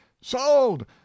sold